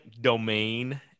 domain